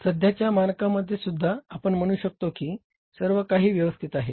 सध्याच्या मानकांमध्येसुद्धा आपण म्हणू शकतो की सर्व काही व्यवस्थित आहे